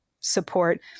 support